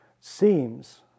seems